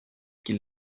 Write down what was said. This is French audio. qu’il